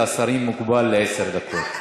הזמן של השרים הוגבל לעשר דקות.